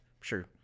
sure